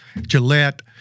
Gillette